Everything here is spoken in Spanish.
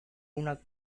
una